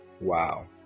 Wow